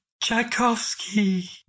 Tchaikovsky